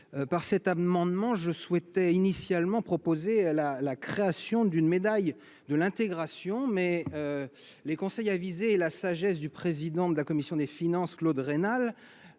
Par cet amendement, je souhaitais initialement proposer la création d’une médaille de l’intégration, mais les conseils avisés et la sagesse du président de la commission des finances, Claude Raynal,